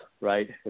Right